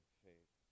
faith